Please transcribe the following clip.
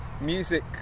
music